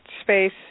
space